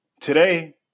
Today